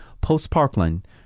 post-Parkland